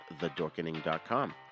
thedorkening.com